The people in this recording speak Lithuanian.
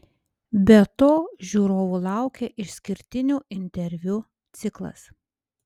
be to žiūrovų laukia išskirtinių interviu ciklas